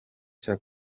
cya